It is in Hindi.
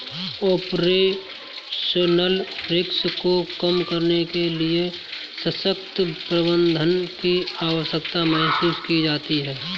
ऑपरेशनल रिस्क को कम करने के लिए सशक्त प्रबंधन की आवश्यकता महसूस की जाती है